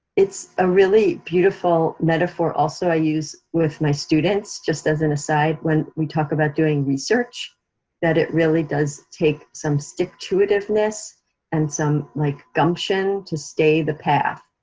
it's a really beautiful metaphor also i use with my students, just as an aside, when we talk about doing research that it really does take some stick-to-it-iveness and some like gumption to stay the path.